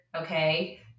okay